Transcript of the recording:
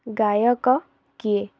ଗାୟକ କିଏ